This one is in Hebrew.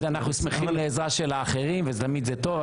תמיד אנחנו שמחים לעזרה של אחרים ותמיד זה טוב.